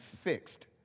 fixed